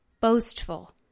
boastful